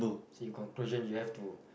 so in conclusion you have to